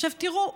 עכשיו, תראו,